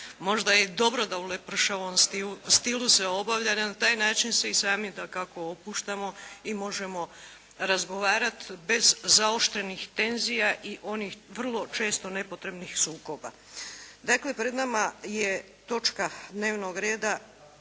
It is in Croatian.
Možda je dobro da u lepršavom stilu se obavlja i na taj način se i sami dakako opuštamo i možemo razgovarat bez zaoštrenih tenzija i onih vrlo često nepotrebnih sukoba. Dakle, pred nama je točka dnevnog reda